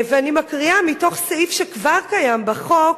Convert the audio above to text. אני מקריאה מתוך סעיף שכבר קיים בחוק,